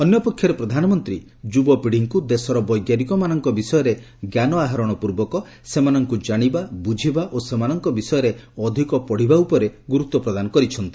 ଅନ୍ୟପକ୍ଷରେ ପ୍ରଧାନମନ୍ତ୍ରୀ ଯୁବପିଢ଼ୀଙ୍କୁ ଦେଶର ବୈଜ୍ଞାନିକମାନଙ୍କ ବିଷୟରେ ଜ୍ଞାନ ଆହରଣ ପୂର୍ବକ ସେମାନଙ୍କୁ ଜାଣିବା ବୁଝିବା ଓ ସେମାନଙ୍କ ବିଷୟରେ ଅଧିକ ପଢ଼ିବା ଉପରେ ଗୁରୁତ୍ୱ ପ୍ରଦାନ କରିଛନ୍ତି